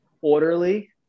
orderly